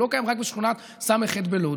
הוא לא קיים רק בשכונת ס"ח בלוד.